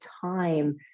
time